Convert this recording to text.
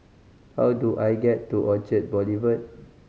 how do I get to Orchard Boulevard